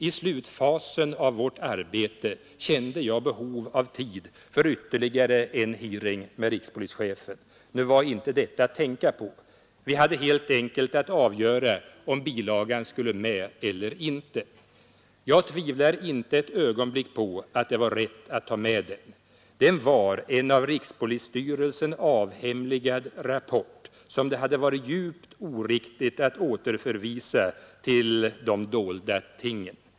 I slutfasen av vårt arbete kände jag behov av tid för ytterligare en hearing med rikspolischefen. Nu var inte detta att tänka på. Vi hade helt enkelt att avgöra om bilagan skulle med eller inte. Jag tvivlar inte ett ögonblick på att det var rätt att ta med den. Den var en av rikspolisstyrelsen avhemligad rapport som det hade varit djupt oriktigt att återförvisa till de dolda tingen.